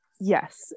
Yes